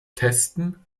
testen